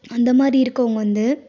அந்த மாதிரி இருக்கவங்க வந்து